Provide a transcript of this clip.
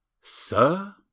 Sir